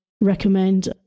recommend